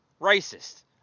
racist